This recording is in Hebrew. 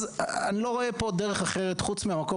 אז אני לא רואה פה דרך אחרת חוץ מהמקום